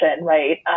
right